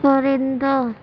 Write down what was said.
پرندہ